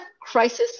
crisis